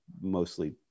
mostly